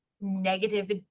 negative